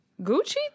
Gucci